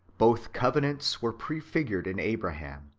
both covenants were prefigured in abraham,